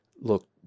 look